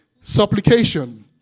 Supplication